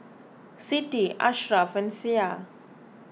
Siti Ashraff and Syah